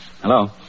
Hello